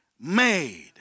made